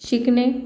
शिकणे